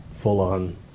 full-on